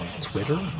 Twitter